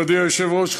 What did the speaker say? מכובדי היושב-ראש,